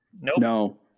No